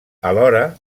alhora